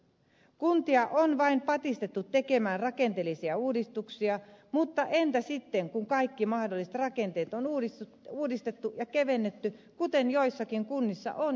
kuntia on vain patistettu tekemään rakenteellisia uudistuksia mutta entä sitten kun kaikki mahdolliset rakenteet on uudistettu ja kevennetty kuten joissakin kunnissa on jo tehty